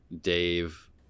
Dave